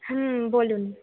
হুম বলুন